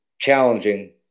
challenging